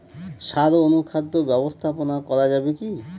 সাড় ও অনুখাদ্য ব্যবস্থাপনা করা যাবে কি?